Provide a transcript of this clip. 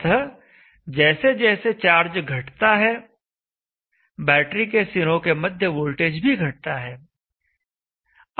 अतः जैसे जैसे चार्ज घटता है बैटरी के सिरों के मध्य वोल्टेज भी घटता है